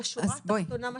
בשורה התחתונה, מה